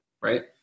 right